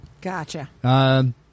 Gotcha